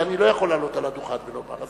כי אני לא יכול לעלות על הדוכן ולומר.